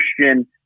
Christian